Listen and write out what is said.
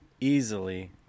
easily